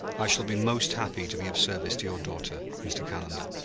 i shall be most happy to be of service to your daughter, mr. calendar,